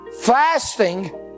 Fasting